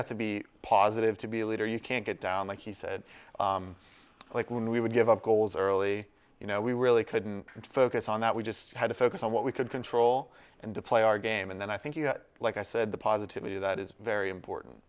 have to be positive to be a leader you can't get down like he said like when we would give up goals early you know we really couldn't focus on that we just had to focus on what we could control and to play our game and then i think like i said the positivity that is very important